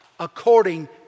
According